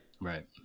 Right